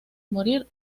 morir